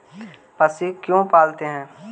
पशु क्यों पालते हैं?